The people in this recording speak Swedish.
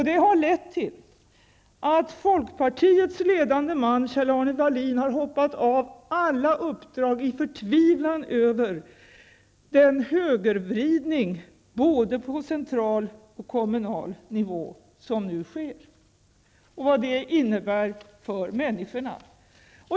Det har lett till att folkpartiets ledande man Kjell-Arne Welin har hoppat av alla uppdrag, i förtvivlan över den högervridning både på central och kommunal nivå som nu sker och vad det innebär för människorna.